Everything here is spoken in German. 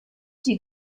die